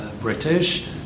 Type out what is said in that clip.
British